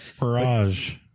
Mirage